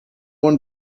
one